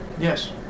Yes